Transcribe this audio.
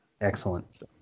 excellent